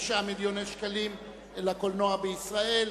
מיליון שקלים לקולנוע בישראל.